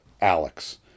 Alex